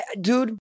Dude